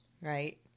Right